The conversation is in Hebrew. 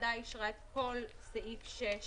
אני אזכיר שהוועדה אישרה את כל סעיף 6 לחוק.